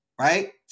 right